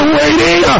waiting